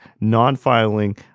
non-filing